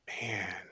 Man